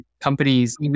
companies